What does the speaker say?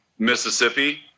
mississippi